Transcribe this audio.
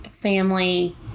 family